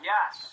Yes